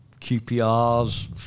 QPR's